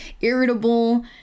irritable